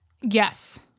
Yes